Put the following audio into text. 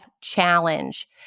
challenge